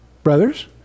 brothers